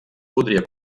podria